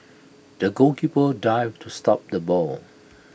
the goalkeeper dived to stop the ball